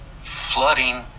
flooding